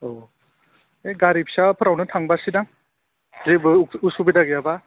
औ ओइ गारि फिसाफोरावनो थांगारसैदां जेबो उसुबिदा गैयाब्ला